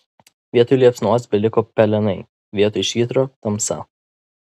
vietoj liepsnos beliko pelenai vietoj švyturio tamsa